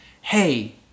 hey